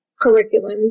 curriculum